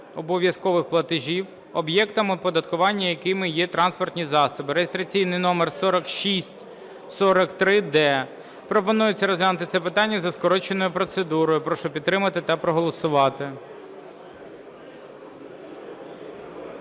обов’язкових платежів, об'єктом оподаткування якими є транспортні засоби (реєстраційний номер 4643-д). Пропонується розглянути це питання за скороченою процедурою. Прошу підтримати та проголосувати.